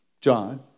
John